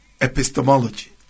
epistemology